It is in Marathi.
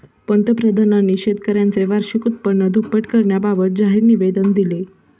पंतप्रधानांनी शेतकऱ्यांचे वार्षिक उत्पन्न दुप्पट करण्याबाबत जाहीर निवेदन दिले